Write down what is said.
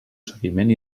seguiment